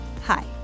Hi